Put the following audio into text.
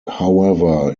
however